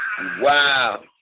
Wow